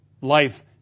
life